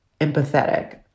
empathetic